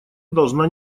должна